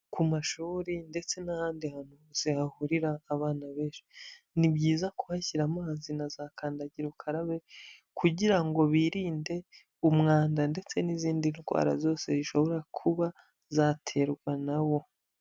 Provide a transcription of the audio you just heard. Ku mashuri ndetse n'ahandi hantu hose hahurira abana benshi ni byiza kuhashyira amazi na za kandagira ukarabe kugira ngo birinde umwanda ndetse n'izindi ndwara zose zishobora kuba zaterwa nawo.